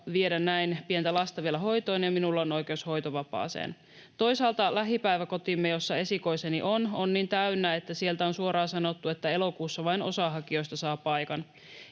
viedä näin pientä lasta vielä hoitoon, ja minulla on oikeus hoitovapaaseen. Toisaalta lähipäiväkotimme, jossa esikoiseni on, on niin täynnä, että sieltä on suoraan sanottu, että elokuussa vain osa hakijoista saa paikan.